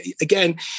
again